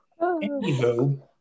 anywho